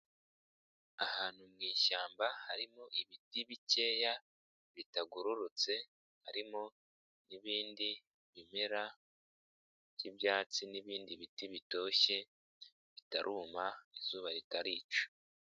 Ahantu mu ishyamba harimo ibiti bikeya bitagororotse harimo n'ibindi bimera by'ibyatsi n'ibindi biti bitoshye bitaruma izuba ritarica.